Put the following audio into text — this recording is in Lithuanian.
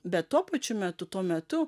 bet tuo pačiu metu tuo metu